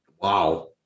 Wow